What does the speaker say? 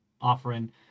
offering